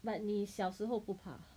but 你小时候不怕